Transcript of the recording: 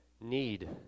need